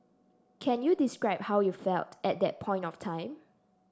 can you describe how you felt at that point of time